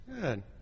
Good